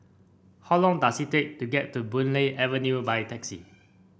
how long does it take to get to Boon Lay Avenue by taxi